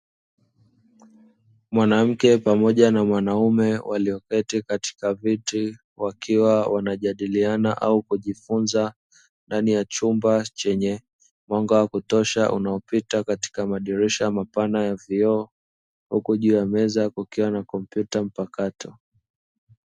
Mwanamke pamoja na mwanaume walioketi katika viti, wakiwa wanajadiliana au kujifunza ndani ya chumba chenye mwanga wa kutosha unaopita katika madirisha mapana ya vioo, huku juu ya meza kukiwa na kompyuta mpakato.